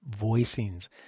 voicings